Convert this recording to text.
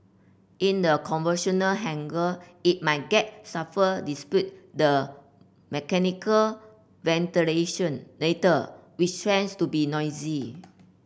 in the conventional hangar it may get stuffy despite the mechanical ventilation later which trends to be noisy